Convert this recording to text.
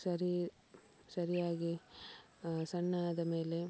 ಸರಿ ಸರಿಯಾಗಿ ಸಣ್ಣ ಆದ ಮೇಲೆ